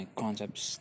concepts